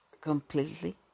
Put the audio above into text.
completely